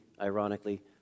ironically